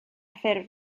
ffurf